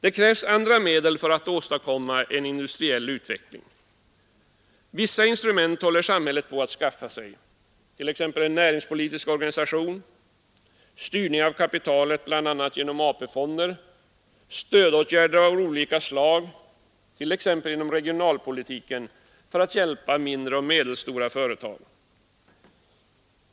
Det krävs också andra medel för att åstadkomma en industriell utveckling. Vissa instrument håller samhället på att skaffa sig, t.ex. en näringspolitisk organisation, styrning av kapital bl.a. genom AP-fonderna och stödåtgärder av olika slag, exempelvis inom regionalpolitiken och för att hjälpa mindre och medelstora företag.